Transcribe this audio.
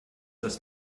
das